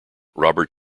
robert